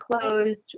closed